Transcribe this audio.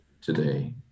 today